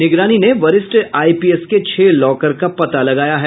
निगरानी ने वरिष्ठ आईपीएस के छह लॉकर का पता लगाया है